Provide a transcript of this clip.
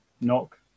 knock